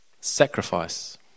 Sacrifice